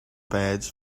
bags